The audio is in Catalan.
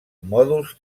mòduls